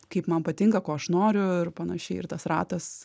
kaip man patinka ko aš noriu ir panašiai ir tas ratas